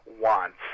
wants